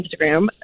Instagram